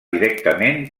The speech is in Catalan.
directament